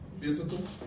physical